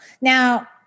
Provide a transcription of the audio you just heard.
Now